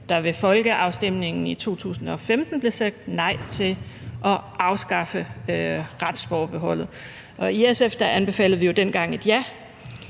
der ved folkeafstemningen i 2015 blev sagt nej til at afskaffe retsforbeholdet, og i SF anbefalede vi jo dengang et ja,